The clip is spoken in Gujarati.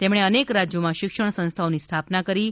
તેમણે અનેક રાજ્યોમાં શિક્ષણ સંસ્થાઓની સ્થાપના કરી છે